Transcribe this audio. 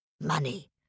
Money